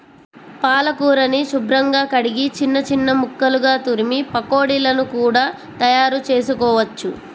పాలకూరని శుభ్రంగా కడిగి చిన్న చిన్న ముక్కలుగా తురిమి పకోడీలను కూడా తయారుచేసుకోవచ్చు